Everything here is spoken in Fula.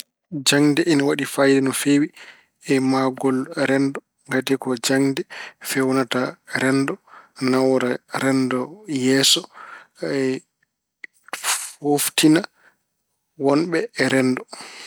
Jaŋde ene waɗi faayiida no feewi e mahgol renndo ngati ko jaŋde feewnata renndo, nawra renndo yeeso, e fooftina wonɓe e renndo.